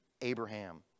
Abraham